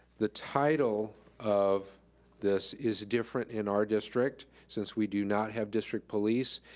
the title of this is different in our district, since we do not have district police.